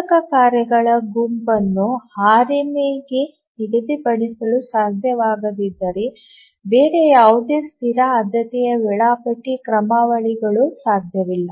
ಆವರ್ತಕ ಕಾರ್ಯಗಳ ಗುಂಪನ್ನು ಆರ್ಎಂಎಗೆ ನಿಗದಿಪಡಿಸಲು ಸಾಧ್ಯವಾಗದಿದ್ದರೆ ಬೇರೆ ಯಾವುದೇ ಸ್ಥಿರ ಆದ್ಯತೆಯ ವೇಳಾಪಟ್ಟಿ ಕ್ರಮಾವಳಿಗಳು ಸಾಧ್ಯವಿಲ್ಲ